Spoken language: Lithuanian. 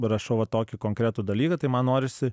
rašau va tokį konkretų dalyką tai man norisi